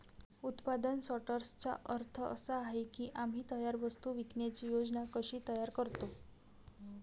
उत्पादन सॉर्टर्सचा अर्थ असा आहे की आम्ही तयार वस्तू विकण्याची योजना कशी तयार करतो